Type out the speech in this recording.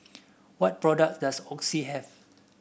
what products does Oxy have